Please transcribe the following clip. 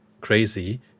crazy